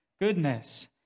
goodness